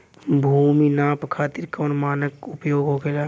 भूमि नाप खातिर कौन मानक उपयोग होखेला?